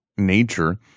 nature